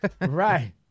Right